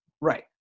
right